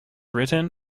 written